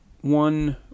one